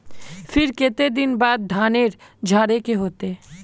फिर केते दिन बाद धानेर झाड़े के होते?